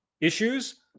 issues